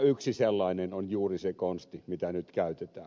yksi sellainen on juuri se konsti mitä nyt käytetään